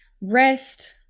rest